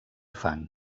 fang